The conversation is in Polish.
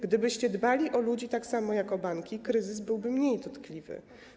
Gdybyście dbali o ludzi tak samo jak o banki, kryzys byłby mniej dotkliwy.